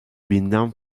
binden